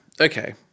Okay